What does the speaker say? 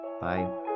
Bye